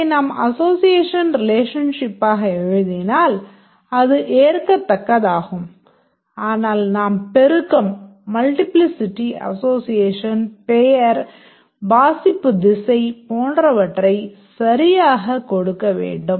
இதை நாம் அசோசியேஷன் ரிலேஷன்ஷிப்பாக எழுதினால் அது ஏற்கத்தக்கதாகும் ஆனால் நாம் பெருக்கம் அசோசியேஷன் பெயர் வாசிப்பு திசை போன்றவற்றை சரியாகக் கொடுக்க வேண்டும்